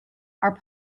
are